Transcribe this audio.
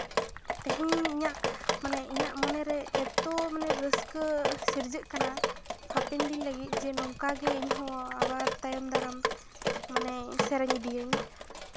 ᱛᱮᱦᱮᱧᱤᱧ ᱤᱧᱟᱹᱜ ᱢᱟᱱᱮ ᱤᱧᱟᱹᱜ ᱢᱚᱱᱮᱨᱮ ᱮᱛᱚ ᱢᱟᱱᱮ ᱨᱟᱹᱥᱠᱟᱹ ᱥᱤᱨᱡᱟᱹᱜ ᱠᱟᱱᱟ ᱦᱟᱯᱮᱱ ᱫᱤᱱ ᱞᱟᱹᱜᱤᱫ ᱡᱮ ᱱᱚᱝᱠᱟ ᱜᱮ ᱤᱧᱦᱚᱸ ᱟᱵᱟᱨ ᱛᱟᱭᱚᱢ ᱫᱟᱨᱟᱢ ᱢᱟᱱᱮ ᱥᱮᱨᱮᱧ ᱤᱫᱤᱭᱟᱹᱧ